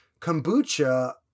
Kombucha